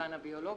במגוון הביולוגי,